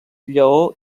lleó